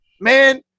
Man